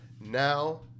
now